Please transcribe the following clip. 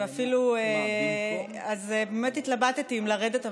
באמת התלבטתי אם לרדת,